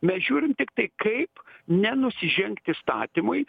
mes žiūrim tiktai kaip nenusižengt įstatymui